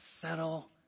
settle